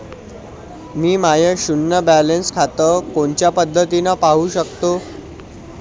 मी माय शुन्य बॅलन्स खातं कोनच्या पद्धतीनं पाहू शकतो?